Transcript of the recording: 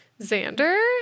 xander